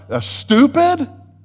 stupid